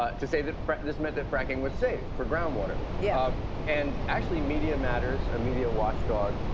ah to say that this meant that fracking was safe for groundwater. yeah and actually, media matters, a media watchdog,